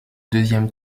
deuxième